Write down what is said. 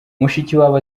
mushikiwabo